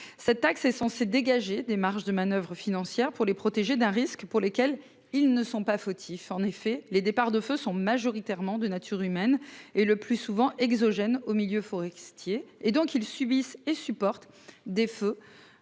Cette taxe est censé dégager des marges de manoeuvre financières pour les protéger d'un risque pour lesquels ils ne sont pas fautifs. En effet, les départs de feu sont majoritairement de nature humaine et le plus souvent exogène au milieu forestier et donc ils subissent et supporte des feux.